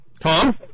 Tom